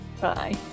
Bye